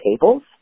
tables